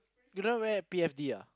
you don't even have P_F_D ah